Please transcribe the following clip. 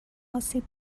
آسیب